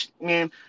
man